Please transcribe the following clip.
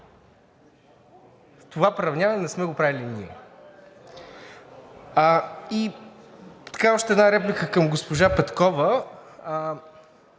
Това приравняване не сме го правили ние. И още една реплика към госпожа Петкова.